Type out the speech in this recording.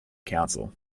council